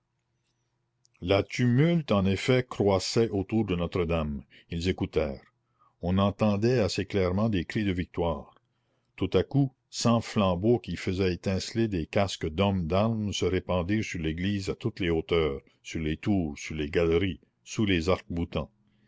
le tumulte en effet croissait autour de notre-dame ils écoutèrent on entendait assez clairement des cris de victoire tout à coup cent flambeaux qui faisaient étinceler des casques d'hommes d'armes se répandirent sur l'église à toutes les hauteurs sur les tours sur les galeries sous les